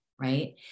right